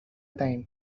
time